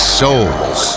souls